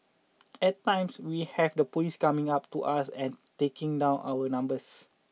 at times we have the police coming up to us and taking down our numbers